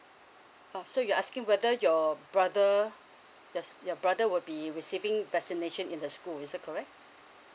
uh so you asking whether your brother that's your brother will be receiving vaccination in the school is that correct